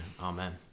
Amen